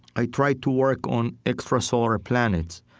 i try to work on extrasolar ah planets.